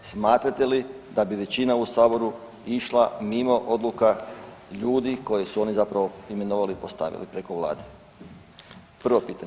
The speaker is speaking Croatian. Smatrate li da bi većina u saboru išla mimo odluka ljudi koje su oni zapravo imenovali i postavili preko vlade, prvo pitanje.